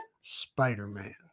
Spider-Man